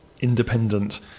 independent